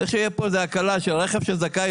צריך שתהיה פה הקלה שלא ניתן לעקל רכב של זכאי,